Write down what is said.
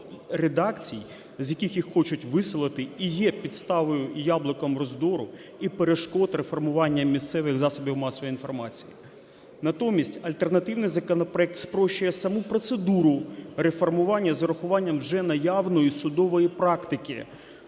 редакцій, з яких їх хочуть виселити, і є підставою і яблуком роздору, і перешкод реформування місцевих засобів масової інформації. Натомість альтернативний законопроект спрощує саму процедуру реформування з урахуванням вже наявної судової практики,